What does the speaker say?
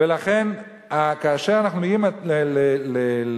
ולכן, כאשר אנחנו אומרים למדינה,